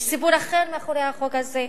יש סיפור אחר מאחורי החוק הזה.